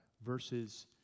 verses